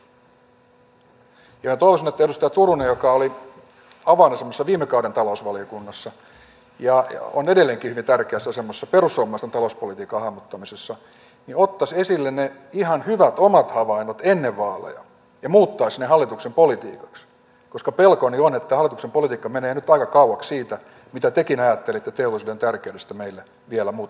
minä toivoisin että edustaja turunen joka oli avainasemassa viime kauden talousvaliokunnassa ja on edelleenkin hyvin tärkeässä asemassa perussuomalaisten talouspolitiikan hahmottamisessa ottaisi esille ne vaaleja edeltäneet ihan hyvät omat havainnot ja muuttaisi ne hallituksen politiikaksi koska pelkoni on että hallituksen politiikka menee nyt aika kauaksi siitä mitä tekin ajattelitte teollisuuden tärkeydestä meille vielä muutama kuukausi sitten